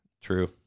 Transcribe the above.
True